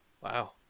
Wow